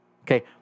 okay